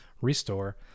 Restore